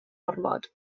ormod